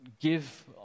give